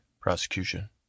Prosecution